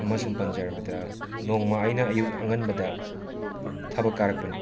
ꯑꯃꯁꯨꯡ ꯄꯟꯖꯔꯕꯗ ꯅꯣꯡꯃ ꯑꯩꯅ ꯑꯌꯨꯛ ꯑꯉꯟꯕꯗ ꯊꯕꯛ ꯀꯥꯔꯛꯄꯅꯤ